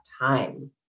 time